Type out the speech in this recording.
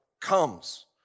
comes